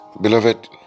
Beloved